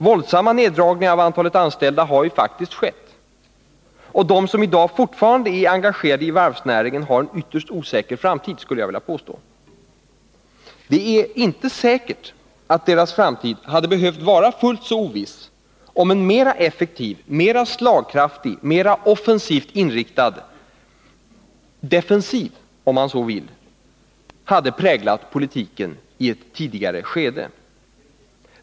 Våldsamma neddragningar av antalet anställda har faktiskt skett. Och de som i dag fortfarande är engagerade i varvsnäringen har en ytterst osäker framtid, skulle jag vilja påstå. Det är inte säkert att deras framtid hade behövt vara fullt så oviss om en mera effektiv, mera slagkraftig, mera offensivt inriktad defensiv — låt mig uttrycka det så — hade präglat politiken i ett tidigare skede.